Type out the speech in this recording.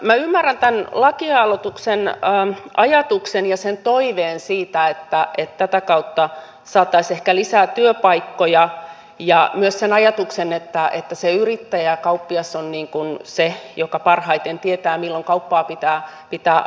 minä ymmärrän tämän lakialoitteen ajatuksen ja sen toiveen siitä että tätä kautta saataisiin ehkä lisää työpaikkoja ja myös sen ajatuksen että se yrittäjäkauppias on se joka parhaiten tietää milloin kauppaa pitää pitää auki